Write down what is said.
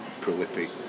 prolific